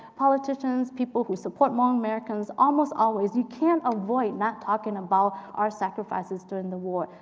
politicians, people who support hmong americans, almost always you can't avoid not talking about our sacrifices during the war,